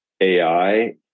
AI